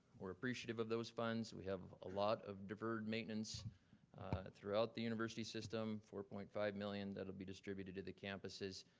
we're appreciative of those funds. we have a lot of deferred maintenance throughout the university system, four point five million, that'll be distributed to the campuses.